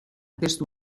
testu